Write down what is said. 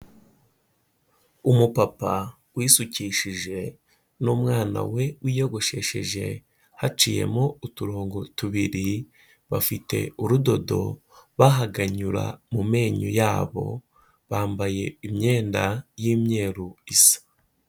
Umupapa wisukishije n'umwana we wiyogoshesheje haciye mo uturongo tubiri, bafite urudodo bahaganyura mu menyo yabo, bambaye imyenda y'imweruru isa.